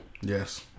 Yes